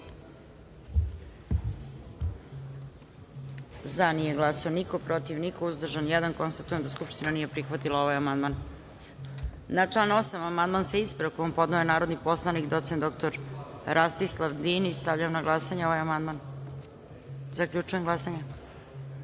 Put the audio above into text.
glasanje: za – niko, protiv – niko, uzdržan – jedan. Konstatujem da Skupština nije prihvatila ovaj amandman. Na član 8. amandman sa ispravkom podneo je narodi poslanik docent dr Rastislav Dinić. Stavljam na glasanje ovaj amandman. Zaključujem glasanje: